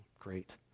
great